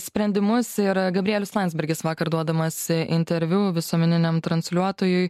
sprendimus ir gabrielius landsbergis vakar duodamas interviu visuomeniniam transliuotojui